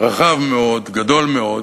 רחב מאוד, גדול מאוד,